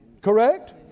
Correct